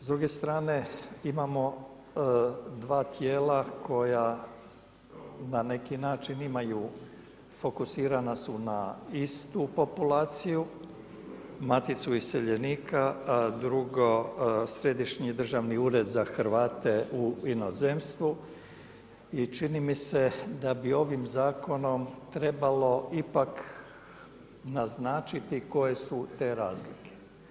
S druge strane imamo 2 tijela koja na neki način imaju, fokusirana su na istu populaciju Maticu iseljenika, a drugo Središnji državni ured za Hrvate u inozemstvu i čini mi se da bi ovim zakonom trebalo ipak naznačiti koje su te razlike.